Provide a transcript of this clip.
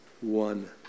one